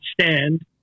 stand